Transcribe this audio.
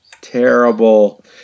terrible